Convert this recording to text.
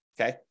okay